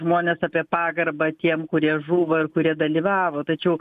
žmones apie pagarbą tiem kurie žuvo ir kurie dalyvavo tačiau